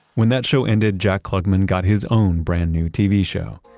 when that show ended, jack klugman got his own brand new tv show,